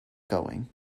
going